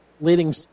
Leading